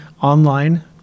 online